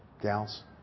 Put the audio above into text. gals